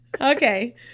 Okay